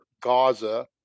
Gaza